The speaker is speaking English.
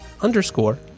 underscore